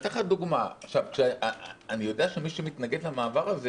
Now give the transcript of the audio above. אני יודע שמי שמתנגד למעבר הזה,